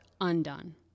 undone